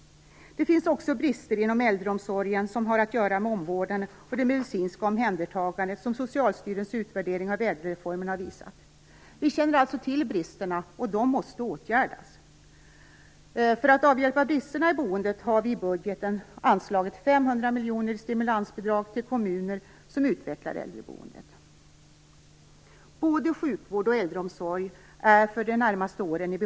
Det finns också brister inom äldreomsorgen som har att göra med omvårdnaden och det medicinska omhändertagandet, som Socialstyrelsens utvärdering av ÄDEL-reformen har visat. Vi känner alltså till bristerna, och de måste åtgärdas. För att avhjälpa bristerna i boendet har vi i budgeten anslagit 500 Både sjukvård och äldreomsorg är i behov av resurstillskott under de närmaste åren.